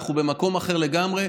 אנחנו במקום אחר לגמרי.